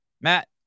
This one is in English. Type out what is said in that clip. Matt